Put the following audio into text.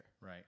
Right